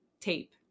tape